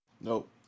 Nope